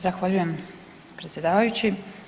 Zahvaljujem predsjedavajući.